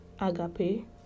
agape